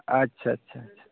ᱟᱪᱪᱷᱟ ᱟᱪᱪᱷᱟ ᱟᱪᱪᱷᱟ